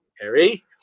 Harry